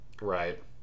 Right